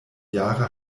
jahre